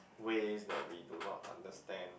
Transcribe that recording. ways that we do not understand